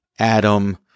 Adam